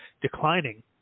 declining